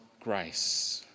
grace